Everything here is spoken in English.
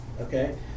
okay